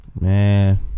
Man